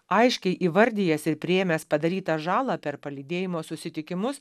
aiškiai įvardijęs ir priėmęs padarytą žalą per palydėjimo susitikimus